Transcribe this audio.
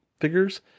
figures